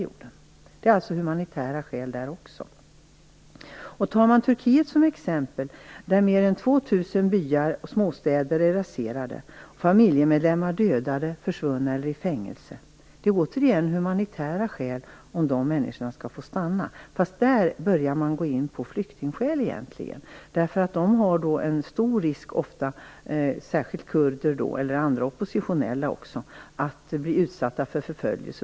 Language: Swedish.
När det gäller flyktingar från t.ex. Turkiet, där mer än 2 000 byar och småstäder är raserade, familjemedlemmar dödade, försvunna eller i fängelse, är det återigen humanitära skäl som avgör om dessa människor skall få stanna. Men där börjar man egentligen komma in på flyktingskäl, därför att särskilt kurder och andra oppositionella ofta löper stor risk att utsättas för förföljelse.